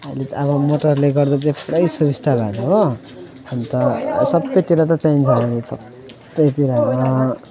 अहिले त अब मोटरले गर्दा चाहिँ पुरै सुबिस्ता भएको छ हो अन्त सबतिर त चाहिन्छ भने सबतिरमा